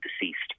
deceased